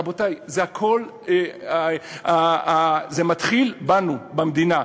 רבותי, זה הכול מתחיל בנו, במדינה.